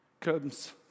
comes